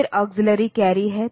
फिर auxiliary carry है